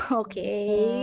okay